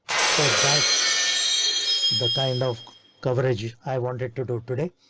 so that's the kind of coverage i wanted to do today.